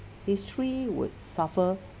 history would suffer